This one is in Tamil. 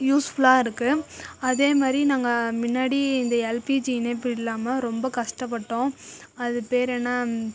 யூஸ்ஃபுல்லாக இருக்குது அதேமாதிரி நாங்கள் முன்னாடி இந்த எல்பிஜி இணைப்பு இல்லாமல் ரொம்ப கஷ்டப்பட்டோம் அது பேரேன்ன